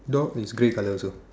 door is grey colour also